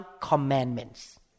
commandments